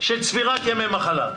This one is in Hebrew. של צבירת ימי מחלה,